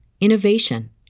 innovation